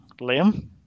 Liam